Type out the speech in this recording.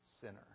sinner